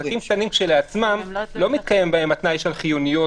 בעסקים קטנים כשלעצמם לא מתקיים התנאי של חיוניות